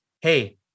hey